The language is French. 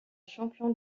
champion